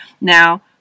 Now